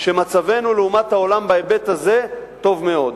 שמצבנו לעומת העולם בהיבט הזה טוב מאוד,